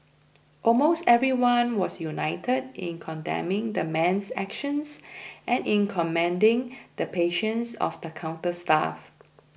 almost everyone was united in condemning the man's actions and in commending the patience of the counter staff